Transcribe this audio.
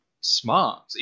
smart